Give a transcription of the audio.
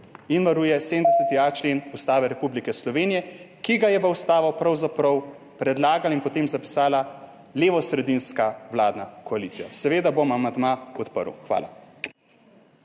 in varuje 70.a člen Ustave Republike Slovenije, ki ga je pravzaprav predlagala in potem zapisala v ustavo levosredinska vladna koalicija. Seveda bom amandma podprl. Hvala.